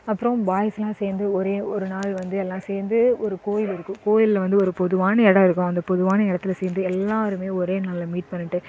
அப்புறம் பாய்ஸ்லாம் சேர்ந்து ஒரே ஒரு நாள் வந்து எல்லாம் சேர்ந்து ஒரு கோவில் இருக்கும் கோயிலில் வந்து ஒரு பொதுவான இடம் இருக்கும் அந்த பொதுவான இடத்துல சேர்ந்து எல்லாரும் ஒரே நாளில் மீட் பண்ணிட்டு